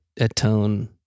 atone